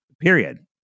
period